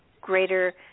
greater